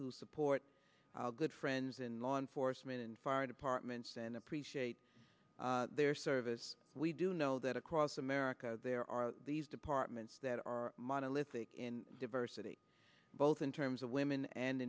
who support our good friends in law enforcement and fire departments and appreciate their service we do know that across america there are these departments that are monolithic in diversity both in terms of women and